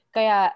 Kaya